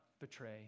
betray